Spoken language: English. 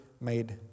made